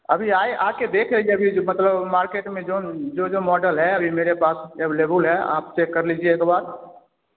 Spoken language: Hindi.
अभी आए आकर देखेंगे अभी जो मतलब मार्केट में जोन जो जो मॉडल है अभी मेरे पास अवेलेबुल है आप चेक कर लीजिए एक बार